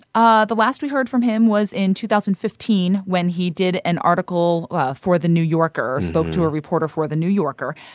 ah the last we heard from him was in two thousand and fifteen when he did an article for the new yorker, spoke to a reporter for the new yorker.